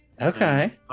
Okay